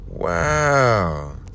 Wow